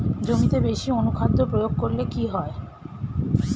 জমিতে বেশি অনুখাদ্য প্রয়োগ করলে কি হয়?